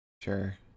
sure